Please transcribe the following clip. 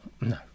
No